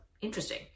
interesting